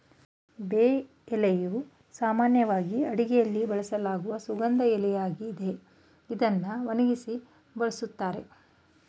ಬೇ ಎಲೆಯು ಸಾಮಾನ್ಯವಾಗಿ ಅಡುಗೆಯಲ್ಲಿ ಬಳಸಲಾಗುವ ಸುಗಂಧ ಎಲೆಯಾಗಿದೆ ಇದ್ನ ಒಣಗ್ಸಿ ಬಳುಸ್ತಾರೆ